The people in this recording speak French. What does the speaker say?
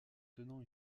tenant